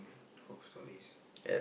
cock stories